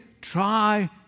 try